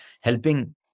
helping